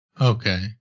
Okay